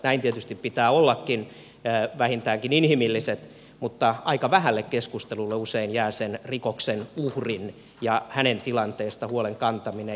näin tietysti pitää ollakin vähintäänkin inhimilliset mutta aika vähälle keskustelulle usein jää siitä rikoksen uhrista ja hänen tilanteestaan huolen kantaminen